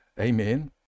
Amen